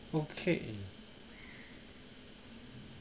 okay